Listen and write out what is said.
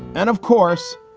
and of course,